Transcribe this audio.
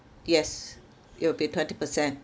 yes it will be twenty percent